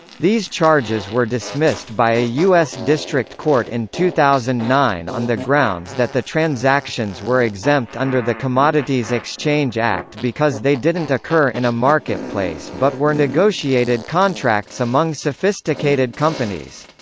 these charges were dismissed by a us district court in two thousand and nine on the grounds that the transactions were exempt under the commodities exchange act because they didn't occur in a marketplace but were negotiated contracts among sophisticated companies.